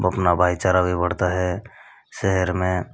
अपना भाईचारा भी बढ़ता है शहर में